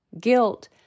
Guilt